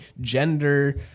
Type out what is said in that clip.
gender